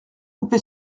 coupé